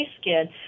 skin